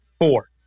four